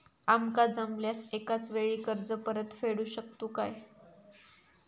आमका जमल्यास एकाच वेळी कर्ज परत फेडू शकतू काय?